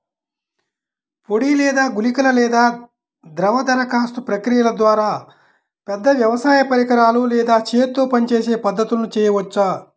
పొడి లేదా గుళికల లేదా ద్రవ దరఖాస్తు ప్రక్రియల ద్వారా, పెద్ద వ్యవసాయ పరికరాలు లేదా చేతితో పనిచేసే పద్ధతులను చేయవచ్చా?